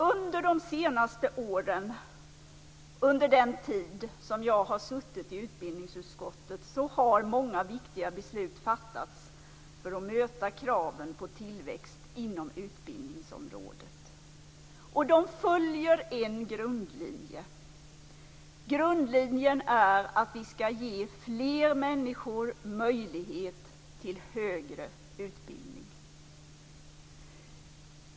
Under de senaste åren, under den tid som jag har suttit i utbildningsutskottet, har många viktiga beslut fattats för att möta kraven på tillväxt inom utbildningsområdet. De följer en grundlinje. Grundlinjen är att vi skall ge fler människor möjlighet till högre utbildning.